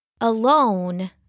Alone